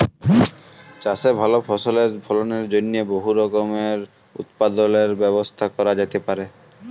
চাষে ভাল ফসলের ফলনের জ্যনহে বহুত রকমের উৎপাদলের ব্যবস্থা ক্যরা যাতে পারে